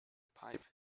pipe